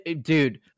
dude